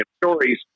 stories